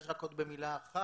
סרג', רק עוד במילה אחת.